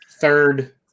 third